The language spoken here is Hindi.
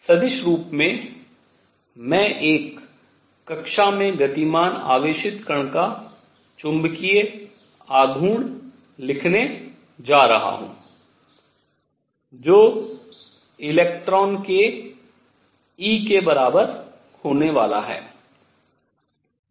सदिश रूप में मैं एक कक्षा में गतिमान आवेशित कण का चुंबकीय आघूर्ण लिखने जा रहा हूँ जो इलेक्ट्रॉन के e के बराबर होने वाला है